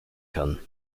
kann